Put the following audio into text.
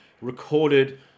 recorded